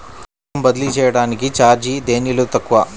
పైకం బదిలీ చెయ్యటానికి చార్జీ దేనిలో తక్కువ?